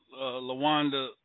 LaWanda